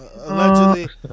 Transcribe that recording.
Allegedly